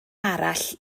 arall